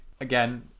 again